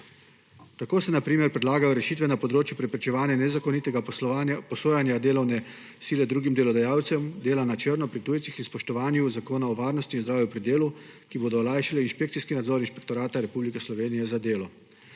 Tako se na primer predlagajo rešitve na področju preprečevanja nezakonitega posojanja delovne sile drugim delodajalcem, delo na črno pri tujcih in spoštovanju Zakona o varnosti in zdravju pri delu, ki bodo olajšale inšpekcijski nadzor Inšpektorata Republike Slovenije za delo.